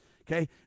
Okay